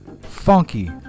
funky